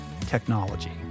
technology